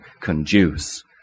conduce